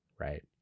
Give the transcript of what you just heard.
right